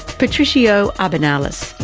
patricio ah abinales,